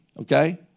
okay